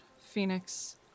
phoenix